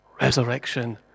resurrection